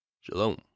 Shalom